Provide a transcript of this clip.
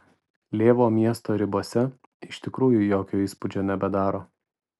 lėvuo miesto ribose iš tikrųjų jokio įspūdžio nebedaro